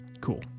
Cool